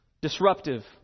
Disruptive